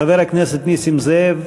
חבר הכנסת נסים זאב,